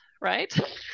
right